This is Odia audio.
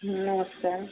ନମସ୍କାର